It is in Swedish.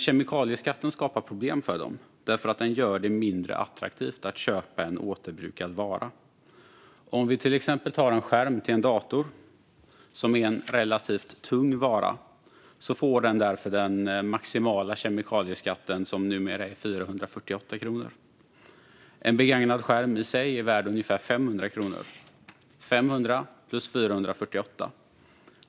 Kemikalieskatten skapar dock problem för dem, för den gör att det blir mindre attraktivt att köpa en återbrukad vara. Vi kan ta en skärm till en dator som exempel. Det är en relativt tung vara, så den får den maximala kemikalieskatten - numera 448 kronor. En begagnad skärm i sig är värd ungefär 500 kronor, så kostnaden blir 500 + 448.